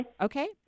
Okay